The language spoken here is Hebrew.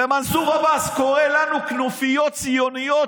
ומנסור עבאס קורא לנו כנופיות ציוניות,